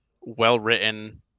well-written